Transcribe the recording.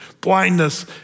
blindness